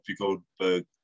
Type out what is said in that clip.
Goldberg